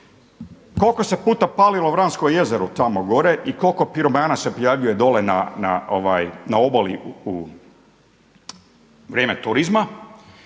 Koliko se puta palilo Vransko jezero tamo gore i koliko piromana se prijavljuje dole na obali u vrijeme turizma.